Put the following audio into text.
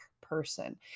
person